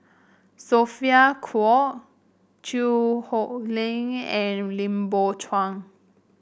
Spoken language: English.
Sophia Cooke Chew Hock Leong and Lim Biow Chuan